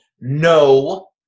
no